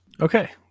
Okay